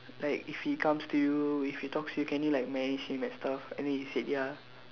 like if he comes to you if he talks to you can you like manage him and stuff and then he say ya